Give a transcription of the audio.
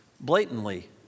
blatantly